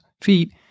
feet